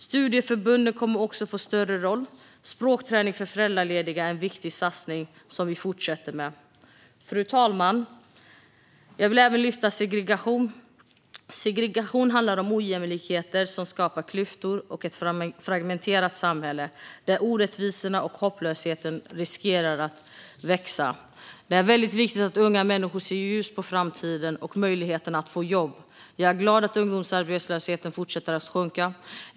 Studieförbunden kommer också att få en större roll. Språkträning för föräldralediga är en viktig satsning som vi fortsätter med. Fru talman! Jag vill även lyfta fram segregation. Segregation handlar om ojämlikheter som skapar klyftor och ett fragmenterat samhälle, där orättvisorna och hopplösheten riskerar att växa. Det är väldigt viktigt att unga människor ser ljust på framtiden och möjligheterna att få ett jobb. Jag är glad att ungdomsarbetslösheten fortsätter att sjunka.